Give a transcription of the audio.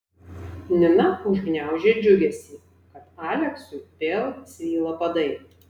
nina užgniaužė džiugesį kad aleksui vėl svyla padai